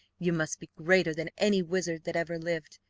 you must be greater than any wizard that ever lived,